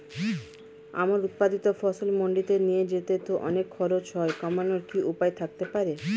আমার উৎপাদিত ফসল মান্ডিতে নিয়ে যেতে তো অনেক খরচ হয় খরচ কমানোর কি উপায় থাকতে পারে?